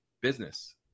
business